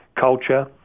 culture